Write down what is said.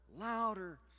louder